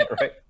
Right